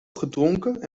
gedronken